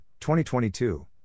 2022